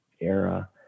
era